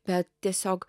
bet tiesiog